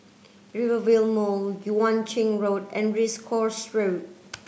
Rivervale Mall Yuan Ching Road and Race Course Road